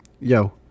Yo